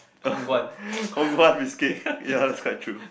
Kong-Guan biscuit ya that's quite true